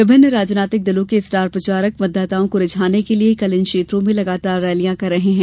विभिन्न राजनीतिक दलों के स्टार प्रचारक मतदाताओं को रिझाने के लिये इन क्षेत्रों में लगातार रैलियां कर रहे हैं